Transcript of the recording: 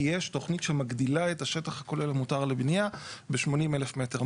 כי יש תוכנית שמגדילה את השטח הכולל המותר לבנייה ב-80,000 מטר.